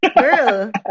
girl